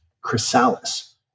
chrysalis